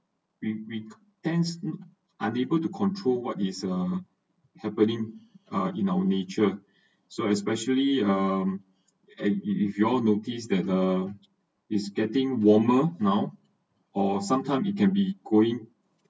we we tends unable to control what is uh happening uh in our nature so especially um and it if you’re notice that uh is getting warmer now or sometimes it can be going